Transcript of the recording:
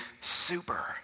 super